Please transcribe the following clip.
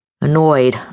Annoyed